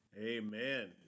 Amen